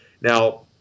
Now